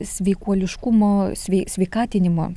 sveikuoliškumo svei sveikatinimo